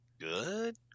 good